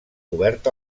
obert